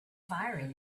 firing